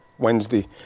Wednesday